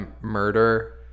murder